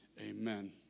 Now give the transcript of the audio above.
amen